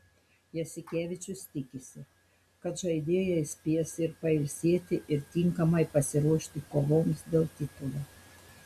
jasikevičius tikisi kad žaidėjai spės ir pailsėti ir tinkamai pasiruošti kovoms dėl titulo